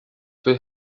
will